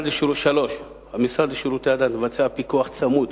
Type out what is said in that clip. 3. המשרד לשירותי דת מבצע פיקוח צמוד